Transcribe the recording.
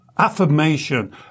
affirmation